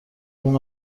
اون